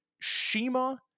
Shima